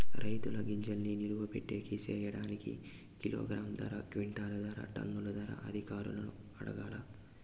రైతుల గింజల్ని నిలువ పెట్టేకి సేయడానికి కిలోగ్రామ్ ధర, క్వింటాలు ధర, టన్నుల ధరలు అధికారులను అడగాలా?